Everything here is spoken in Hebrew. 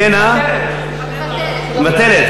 אני מוותרת.